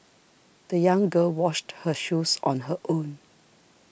the young girl washed her shoes on her own